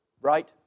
right